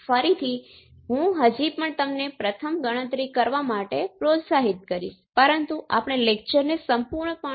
તો હવે પ્રશ્ન એ છે કે શું આ માત્ર એક સંયોગ છે